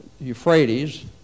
Euphrates